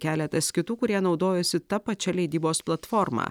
keletas kitų kurie naudojosi ta pačia leidybos platforma